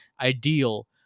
ideal